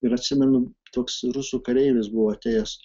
ir atsimenu toks rusų kareivis buvo atėjęs